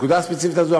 הנקודה הספציפית הזאת,